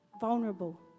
vulnerable